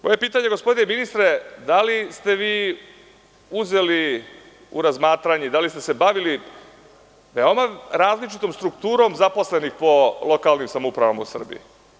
Moje pitanje gospodine ministre je da li ste uzeli u razmatranje, da li ste se bavili veoma različitom strukturom zaposlenih po lokalnim samoupravama u Srbiji?